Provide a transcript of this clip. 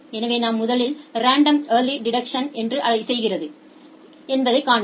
எனவே நாம் முதலில் ரெண்டோம் ஏர்லி டிடெக்ஷன் என்ன செய்கிறது என்பதை கண்டறிவோம்